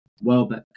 Welbeck